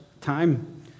time